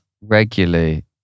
regularly